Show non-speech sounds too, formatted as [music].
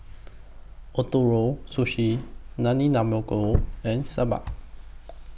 Ootoro Sushi [unintelligible] and Sambar